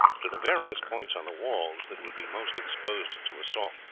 to the various points on the walls that would be most exposed to assault.